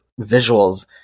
visuals